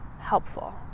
helpful